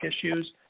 issues